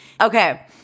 Okay